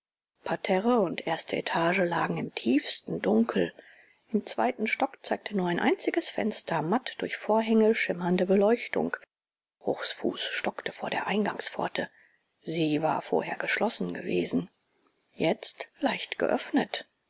parterre und erste etage lagen im tiefsten dunkel im zweiten stock zeigte nur ein einziges fenster matt durch vorhänge schimmernde beleuchtung bruchs fuß stockte vor der eingangspforte sie war vorher geschlossen gewesen jetzt leicht geöffnet